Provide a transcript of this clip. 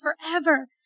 forever